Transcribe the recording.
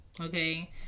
okay